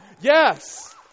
yes